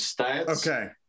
Okay